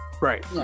Right